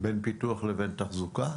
בין פיתוח לבין תחזוקה?